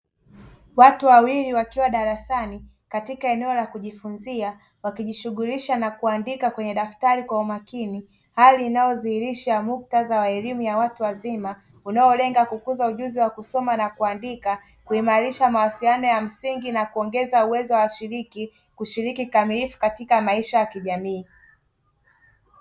Watu wawili wakiwa darasani katika eneo la kujifunzia wakijishughulisha na kuandika kwenye daftari kwa umakini, hali inayodhihirisha muktadha wa elimu ya watu wazima unaolenga kukuza ujuzi wa kusoma na kuandika, kuimarisha mawasiliano ya msingi na kuongeza uwezo wa washiriki kushiriki kikamilifu katika maisha ya kijamii.